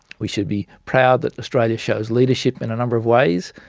we should be proud that australia shows leadership in a number of ways,